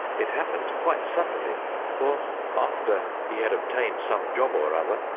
it happened quite suddenly for after he had obtained some job or other,